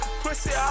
pussy